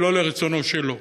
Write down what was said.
ולא לרצונו שלו?